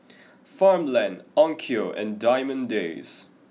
Farmland Onkyo and Diamond Days